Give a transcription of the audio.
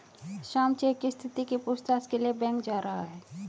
Shyam cheque की स्थिति के पूछताछ के लिए बैंक जा रहा है